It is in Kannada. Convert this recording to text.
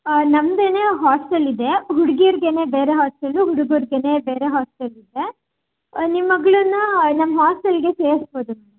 ನಮ್ಮದೇನೆ ಹಾಸ್ಟೆಲ್ ಇದೆ ಹುಡುಗಿಯರಿಗೇನೆ ಬೇರೆ ಹಾಸ್ಟೆಲ್ ಹುಡುಗರಿಗೇನೆ ಬೇರೆ ಹಾಸ್ಟೆಲ್ ಇದೆ ನಿಮ್ಮ ಮಗಳನ್ನು ನಮ್ಮ ಹಾಸ್ಟೆಲ್ಗೆ ಸೇರಿಸಬಹುದು ಮೇಡಮ್